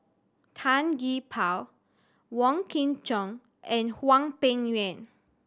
Tan Gee Paw Wong Kin Jong and Hwang Peng Yuan